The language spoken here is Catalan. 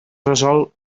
resol